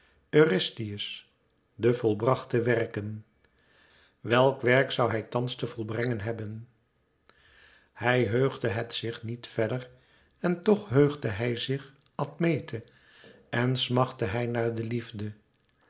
eurystheus de volbrachte werken welk werk zoû hij thans te volbrengen hebben hij heugde het zich niet verder en toch heugde hij zich admete en smachtte hij naar de liefde